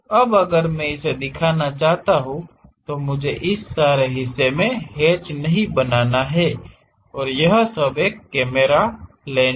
अब अगर मैं इसे दिखाना चाहता हूं तो मुझे इस सारे हिस्से मे हैच नहीं बनाना है और यह सब एक कैमरा लेंस है